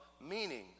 meaning